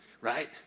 Right